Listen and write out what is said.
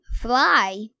fly